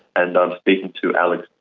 and i'm speaking to alex